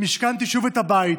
משכנתי שוב את הבית,